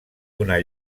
donar